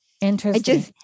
interesting